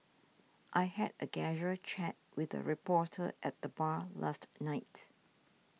I had a casual chat with a reporter at the bar last night